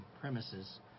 premises